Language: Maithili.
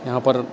यहाँ पर